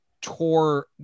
tore